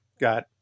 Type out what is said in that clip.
Got